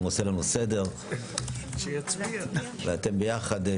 שינוי בתוספת כמשמעותו בסעיף האמור - שחל לפני יום